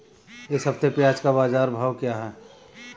इस हफ्ते प्याज़ का बाज़ार भाव क्या है?